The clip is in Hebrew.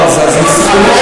השאלה